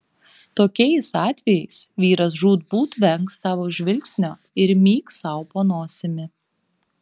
tokiais atvejais vyras žūtbūt vengs tavo žvilgsnio ir myks sau po nosimi